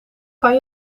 kan